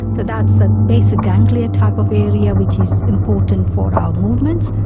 so that's the basic ganglia type of area which is important for our movements,